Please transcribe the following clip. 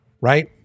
right